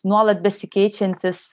nuolat besikeičiantis